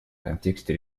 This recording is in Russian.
контексте